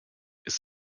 ist